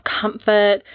comfort